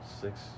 Six